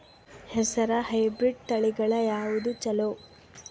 ಹೆಸರ ಹೈಬ್ರಿಡ್ ತಳಿಗಳ ಯಾವದು ಚಲೋ?